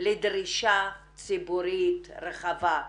לדרישה ציבורית רחבה.